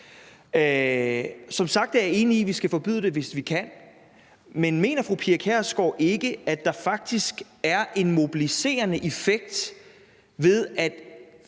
Som sagt er jeg enig i, at vi skal forbyde det, hvis vi kan. Men mener fru Pia Kjærsgaard ikke, at der faktisk er en mobiliserende effekt, ved at